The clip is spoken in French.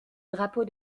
drapeau